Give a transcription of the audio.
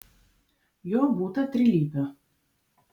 jo būta trilypio